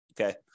Okay